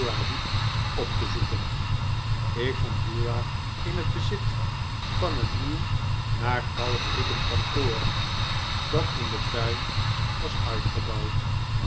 op te zoeken ik vond uriah in het bezit van een nieuw naar kalk riekend kantoor dat in den tuin was uitgebouwd